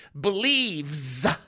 believes